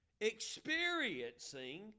experiencing